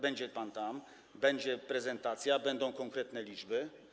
Będzie pan tam, będzie prezentacja, będą konkretne liczby.